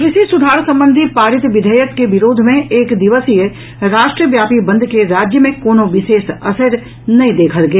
कृषि सुधार संबंधी पारित विधेयक के विरोध मे एक दिवसीय राष्ट्रव्यापी बंद के राज्य मे कोनो विशेष असरि नहि देखल गेल